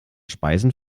speisen